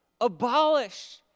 abolish